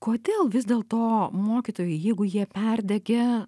kodėl vis dėlto mokytojai jeigu jie perdegė